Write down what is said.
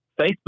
Facebook